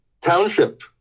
Township